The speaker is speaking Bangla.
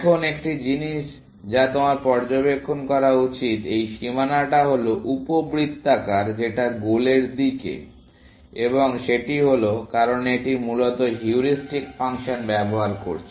এখন একটি জিনিস যা তোমার পর্যবেক্ষণ করা উচিত এই সীমানাটা হল উপবৃত্তাকার যেটা গোলের দিকে এবং সেটি হল কারণ এটি মূলত হিউরিস্টিক ফাংশন ব্যবহার করছে